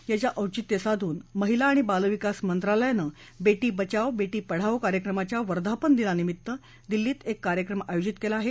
याचं औचित्य साधून महिला आणि बाल विकास मंत्रालयानं बे ी बचाओ बे ी पढ़ाओ कार्यक्रमाच्या वर्धापनदिनानिमित्त दिल्लीत एक कार्यक्रम आयोजित केला आहे